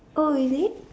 oh is it